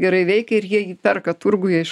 gerai veikia ir jie perka turguj iš